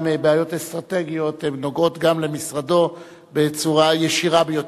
מבעיות אסטרטגיות נוגעות גם למשרדו בצורה ישירה ביותר.